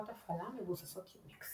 מערכות הפעלה מבוססות יוניקס